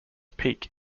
peak